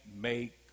make